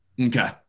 Okay